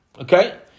Okay